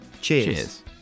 Cheers